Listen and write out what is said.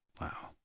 Wow